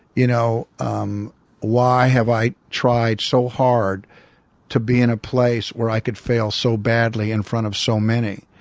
you know um why have i tried so hard to be in a place where i could fail so badly in front of so many?